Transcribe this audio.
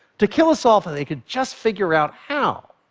to kill us all if and they could just figure out how.